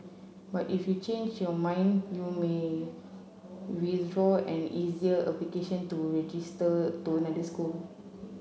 but if you change your mind you may withdraw an earlier application to register to school